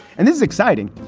and this is exciting.